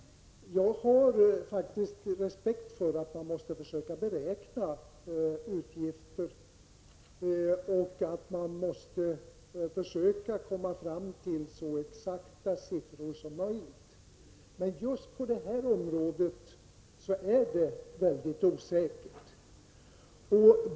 Jag har faktiskt respekt för att man försöker beräkna utgifter och anser att man måste försöka komma fram till så exakta siffror som möjligt. Men just på det här området är det mycket osäkert.